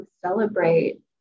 celebrate